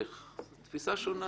זו תפיסה שונה.